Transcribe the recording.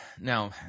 Now